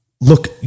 look